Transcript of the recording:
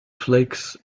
flakes